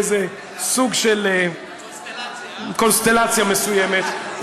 באיזה סוג של קונסטלציה מסוימת,